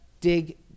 dig